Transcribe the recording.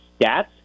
stats